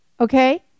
Okay